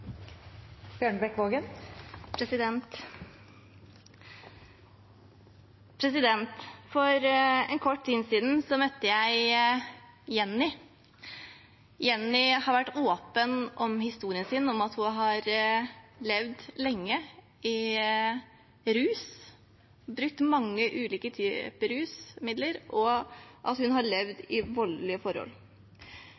inntil 3 minutter. For kort tid siden møtte jeg Jenny. Jenny har vært åpen om historien sin, om at hun har levd lenge i rus og brukt mange ulike typer rusmidler, og at hun har levd